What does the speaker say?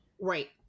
Right